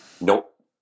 Nope